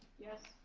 yes.